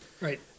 Right